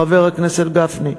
חבר הכנסת גפני,